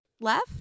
left